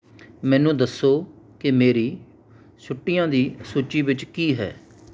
ਮੈਨੂੰ ਦੱਸੋਂ ਕਿ ਮੇਰੀ ਛੁੱਟੀਆਂ ਦੀ ਸੂਚੀ ਵਿੱਚ ਕੀ ਹੈ